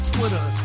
Twitter